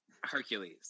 Hercules